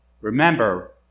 remember